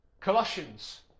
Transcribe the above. Colossians